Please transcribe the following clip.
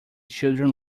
children